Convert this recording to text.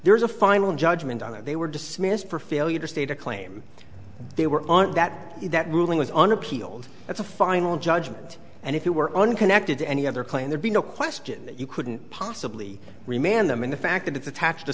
there is a final judgment on it they were dismissed for failure to state a claim they were on that that ruling was on appeal it's a final judgment and if you were unconnected to any other claim there be no question that you couldn't possibly remand them and the fact that it's attached to